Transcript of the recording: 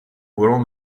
volant